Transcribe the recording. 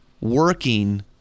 working